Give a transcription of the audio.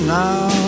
now